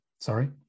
Sorry